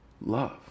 Love